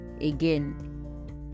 again